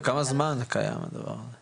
כמה זמן קיים הדבר הזה?